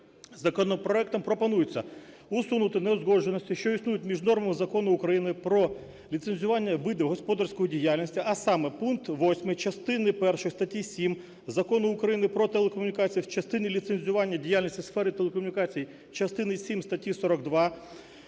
Законопроектом пропонується: усунути неузгодженості, що існують між нормами Закону України "Про ліцензування видів господарської діяльності", а саме пункт 8 частини першої статті 7 Закону України "Про телекомунікацію" в частині ліцензування діяльності у сфері телекомунікацій, частині сім статті 42,